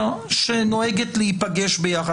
המשפחה שנוהגת להיפגש ביחד.